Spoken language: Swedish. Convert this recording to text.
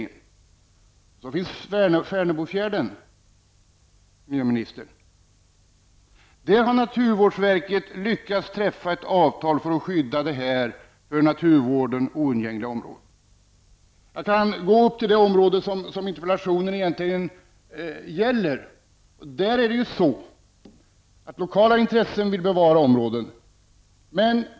När det gäller Färnebofjärden har naturvårdsverket lyckats träffa ett avtal för att skydda detta för naturvården oundgängliga område. I fråga om det område som interpellationen egentligen gäller vill ju lokala intressen bevara området.